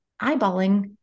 eyeballing